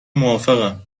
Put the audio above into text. موافقم